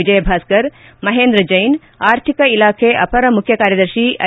ವಿಜಯಭಾಸ್ಕರ್ ಮಹೇಂದ್ರ ಜೈನ್ ಆರ್ಥಿಕ ಇಲಾಖೆ ಅಪರ ಮುಖ್ಯಕಾರ್ಯದರ್ಶಿ ಐ